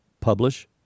publish